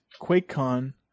QuakeCon